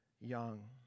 young